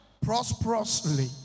prosperously